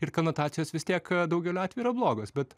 ir konotacijos vis tiek daugeliu atvejų yra blogos bet